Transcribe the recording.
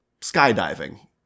skydiving